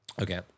Okay